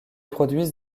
produisent